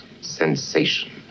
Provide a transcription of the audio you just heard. Sensation